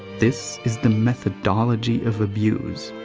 this is the methodology of abuse.